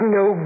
no